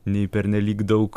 nei pernelyg daug